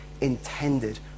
intended